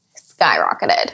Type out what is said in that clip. skyrocketed